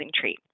treat